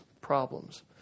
problems